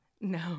No